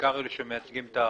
בעיקר אלה שמייצגים את המיעוטים.